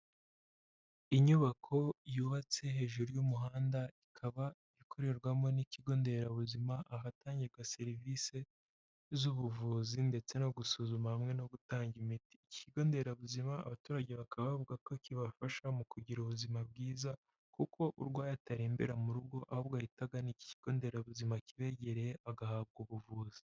Inyubako yubatse hejuru y'umuhanda ikaba ikorerwamo n'ikigo nderabuzima ahatangirwa na serivisi z'ubuvuzi ndetse no gusuzuma hamwe no gutanga imiti, iki kigo nderabuzima abaturage bakaba bavuga ko kibafasha mu kugira ubuzima bwiza kuko urwaye atarembera mu rugo ahubwo ahita agana iki kigo nderabuzima kibegereye agahabwa ubuvuzi.